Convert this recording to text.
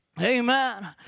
Amen